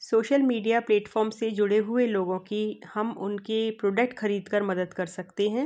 social media platform से जुड़े हुए लोगों की हम उनके प्रोडक्ट ख़रीद कर मदद कर सकते हैं